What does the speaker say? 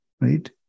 right